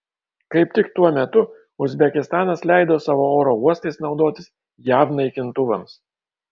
kaip tik tuo metu uzbekistanas leido savo oro uostais naudotis jav naikintuvams